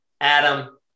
Adam